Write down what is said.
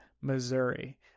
Missouri